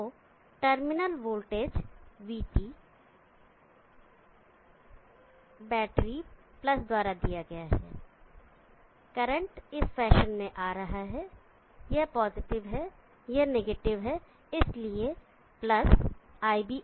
तो terminal voltage vT V battery plus द्वारा दिया गया है करंट इस फैशन में आ रहा है यह पॉजिटिव है यह नेगेटिव है इसलिए प्लस iBRB